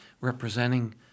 representing